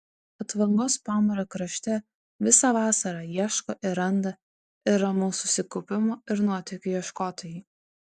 atvangos pamario krašte visą vasarą ieško ir randa ir ramaus susikaupimo ir nuotykių ieškotojai